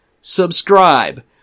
subscribe